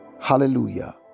Hallelujah